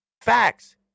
Facts